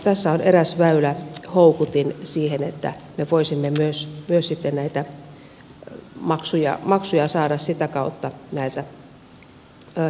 tässä on eräs väylä houkutin siihen että me voisimme myös saada näitä maksuja sitä kautta näiltä tilauskoulutukseen tulevilta